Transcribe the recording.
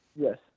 Yes